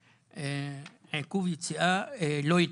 עיכוב היציאה לא יתבטל,